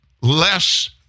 less